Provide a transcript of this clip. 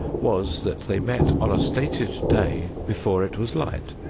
was, that they met on a stated day before it was light,